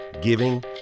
giving